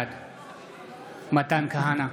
בעד מתן כהנא,